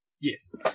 Yes